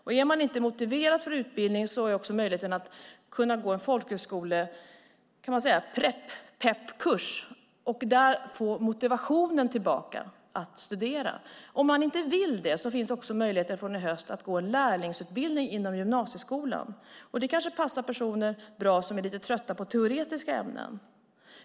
Om de inte är motiverade för utbildning finns också möjligheten att gå en folkhögskolekurs, en prep-pep-kurs, och där få motivationen tillbaka att studera. Om de inte vill det finns möjligheten från i höst att gå en lärlingsutbildning inom gymnasieskolan. Det kanske passar personer bra som är lite trötta på teoretiska ämnen.